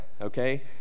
okay